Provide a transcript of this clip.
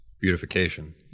beautification